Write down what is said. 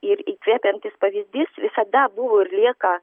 ir įkvepiantis pavyzdys visada buvo ir lieka